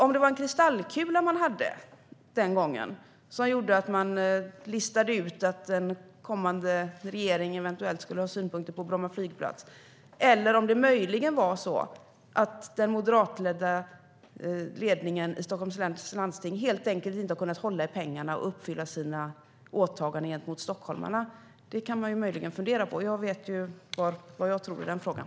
Om det var en kristallkula man hade den gången som gjorde att man listade ut att den kommande regeringen eventuellt skulle ha synpunkter på Bromma flygplats eller om den moderatledda ledningen i Stockholms läns landsting helt enkelt inte har kunnat hålla i pengarna och uppfylla sina åtaganden gentemot stockholmarna kan man fundera på. Jag vet vad jag tror i den frågan.